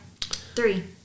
Three